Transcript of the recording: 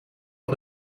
van